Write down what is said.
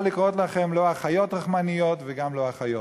לקרוא לכם לא "אחיות רחמניות" וגם לא "אחיות".